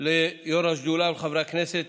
ליו"ר השדולה ולחברי הכנסת